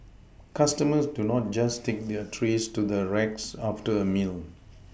customers do not just take their trays to the racks after a meal